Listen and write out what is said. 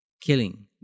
killing